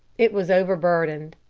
it was overburdened.